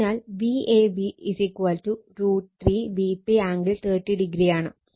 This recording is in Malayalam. അതിനാൽ Vab √3 Vp ആംഗിൾ 30o ആണ്